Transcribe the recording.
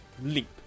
leap